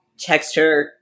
texture